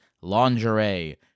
lingerie